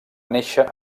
néixer